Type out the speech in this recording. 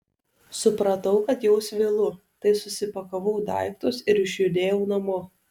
supratau kad jau svylu tai susipakavau daiktus ir išjudėjau namo